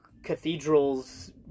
cathedrals